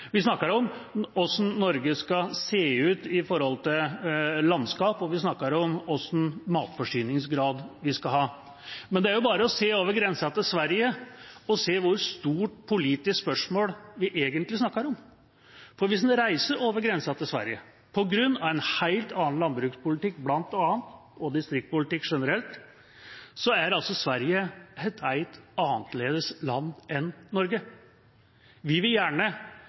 vi snakker om hvordan Norge skal se ut i forhold til landskap, og vi snakker om hvilken matforsyningsgrad vi skal ha. Det er bare å reise over grensa til Sverige og se hvor stort politisk spørsmål vi egentlig snakker om. På grunn av en helt annen landbrukspolitikk, bl.a., og distriktspolitikk generelt, er Sverige et helt annerledes land enn Norge. Vi vil gjerne